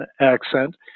accent